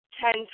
ten